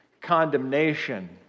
condemnation